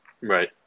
Right